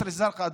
ג'יסר א-זרקא,